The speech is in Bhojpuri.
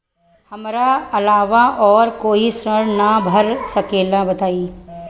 हमरा अलावा और कोई ऋण ना भर सकेला बताई?